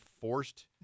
forced